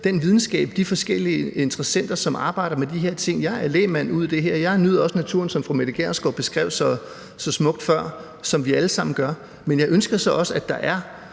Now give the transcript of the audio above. den videnskab, de forskellige interessenter, som arbejder med de her ting. Jeg er lægmand ud i det her. Jeg nyder også naturen, som fru Mette Gjerskov beskrev så smukt før, og som vi alle sammen gør. Men jeg ønsker så også, at der er,